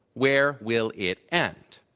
where will it end?